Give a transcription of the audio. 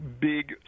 big